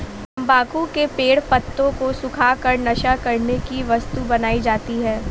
तम्बाकू के पेड़ पत्तों को सुखा कर नशा करने की वस्तु बनाई जाती है